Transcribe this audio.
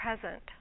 present